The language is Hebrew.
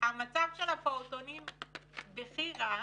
המצב של הפעוטונים בכי-רע,